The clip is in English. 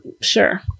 sure